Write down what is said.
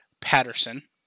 Patterson